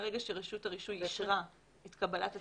מהרגע שרשות הרישוי אישרה את קבלת התצהיר,